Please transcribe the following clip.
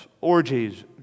orgies